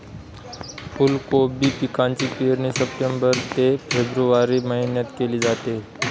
फुलकोबी पिकाची पेरणी सप्टेंबर ते फेब्रुवारी महिन्यात केली जाते